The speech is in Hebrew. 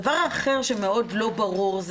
הדבר האחר שמאוד לא ברור,